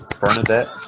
Bernadette